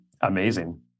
amazing